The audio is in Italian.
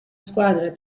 squadra